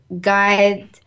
guide